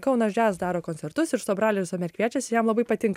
kaunas džiaz daro koncertus ir sobralį visuomet kviečiasi jam labai patinka